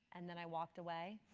and then i walked away.